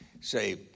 say